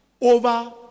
over